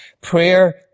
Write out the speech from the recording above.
prayer